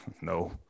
No